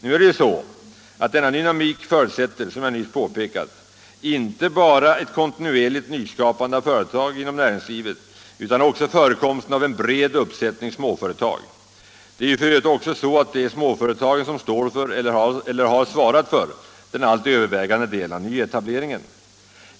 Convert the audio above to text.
Nu är det ju så att denna dynamik förutsätter — som jag nyss påpekat — inte bara ett kontinuerligt nyskapande av företag inom näringslivet utan också förekomsten av en bred uppsättning småföretag. Det är ju f.ö. så att det är småföretag som står för eller har svarat för den allt övervägande delen av nyetableringen.